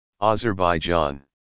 Azerbaijan